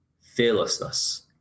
Fearlessness